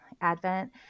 Advent